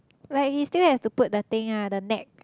like he still has to put the thing ah the neck